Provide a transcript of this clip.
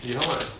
he got how much